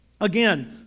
Again